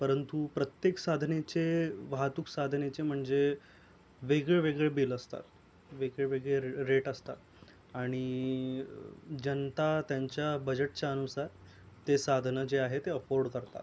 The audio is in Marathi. परंतु प्रत्येक साधनाचे वाहतूक साधनाचे म्हणजे वेगळे वेगळे बिल असतात वेगळे वेगळे रे रेट असतात आणि जनता त्यांच्या बजेटच्या अनुसार ते साधनं जे आहे ते अफोर्ड करतात